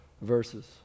verses